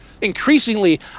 increasingly